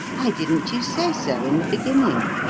why didn't you say so in the beginning?